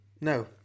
No